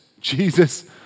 Jesus